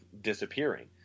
disappearing